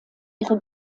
ihre